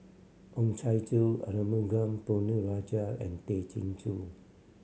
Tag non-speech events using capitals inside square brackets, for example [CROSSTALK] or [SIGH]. Oh Chai [UNINTELLIGIBLE] Arumugam Ponnu Rajah and Tay Chin Joo